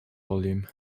volume